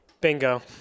Bingo